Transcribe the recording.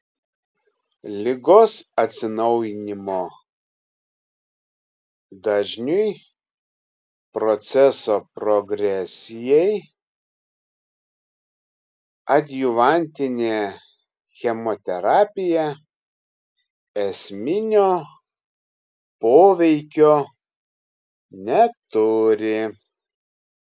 ligos atsinaujinimo dažniui proceso progresijai adjuvantinė chemoterapija esminio poveikio neturi